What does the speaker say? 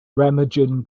remagen